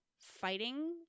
fighting